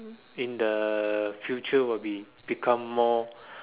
in the future will become more